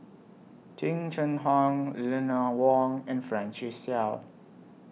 Jing Jun Hong Eleanor Wong and Francis Seow